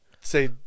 Say